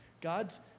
God's